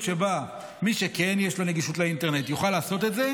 שבה מי שכן יש לו גישה לאינטרנט יוכל לעשות את זה,